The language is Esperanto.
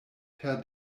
per